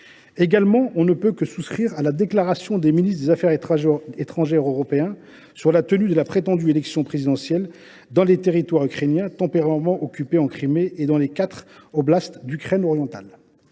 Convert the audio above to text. ne peut de même que souscrire à la déclaration des ministres des affaires étrangères européens sur la tenue de la prétendue élection présidentielle dans les territoires ukrainiens temporairement occupés en Crimée et dans les quatre oblasts d’Ukraine orientale.